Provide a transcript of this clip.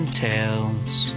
tales